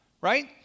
right